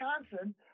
Wisconsin